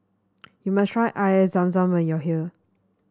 you must try Air Zam Zam when you are here